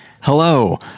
Hello